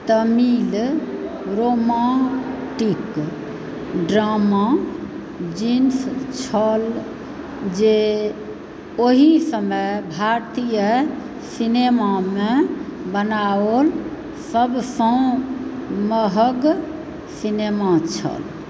Tamil romantic drama Jeans छल जे ओहि समय भारतीय सिनेमामे बनाओल सभसँ महग सिनेमा छल